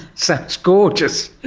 sounds gorgeous!